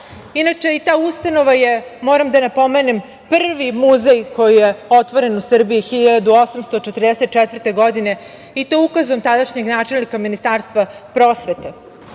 inače i ta ustanova je, moram da napomenem prvi muzej koji je otvoren u Srbiji 1844. godine i to ukazom tadašnjeg načelnika Ministarstva prosvete